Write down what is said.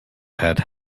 had